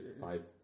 Five